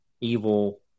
evil